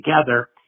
together